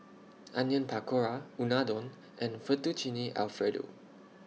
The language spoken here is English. Onion Pakora Unadon and Fettuccine Alfredo